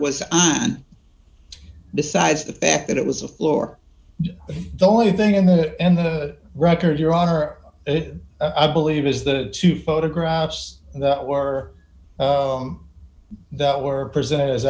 was besides the fact that it was a floor the only thing in the end the record your honor it i believe is the two photographs that were that were presented as